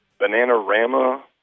Bananarama